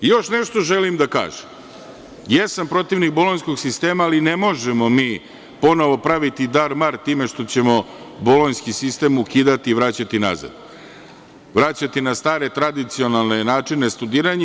Još nešto želim da kažem, jesam protivnik Bolonjskog sistema, ali ne možemo mi ponovo praviti darmar time što ćemo Bolonjski sistem ukidati i vraćati nazad, vraćati na stare tradicionalne načine studiranja.